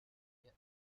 yet